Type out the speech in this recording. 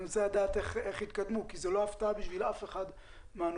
אני רוצה לדעת איך התקדמו כי זו לא הפתעה לאף אחד מהנוכחים,